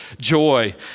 joy